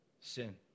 sin